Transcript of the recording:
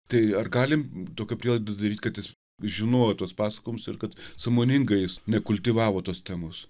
tai ar galim tokią prielaidą daryt kad jis žinojo tuos pasakojimus ir kad sąmoningai jis nekultivavo tos temos